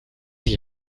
sich